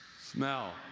smell